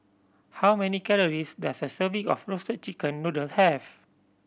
how many calories does a serving of Roasted Chicken Noodle have